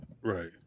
right